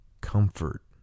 comfort